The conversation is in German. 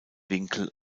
winkel